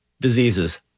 diseases